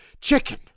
chicken